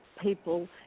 people